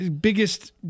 biggest